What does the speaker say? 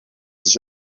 sich